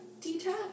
Detach